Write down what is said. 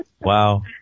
Wow